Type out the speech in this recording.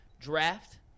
draft